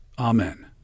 Amen